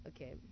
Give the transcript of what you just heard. Okay